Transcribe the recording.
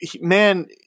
man